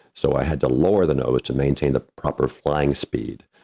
so i had to lower the note to maintain the proper flying speed.